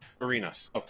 arenas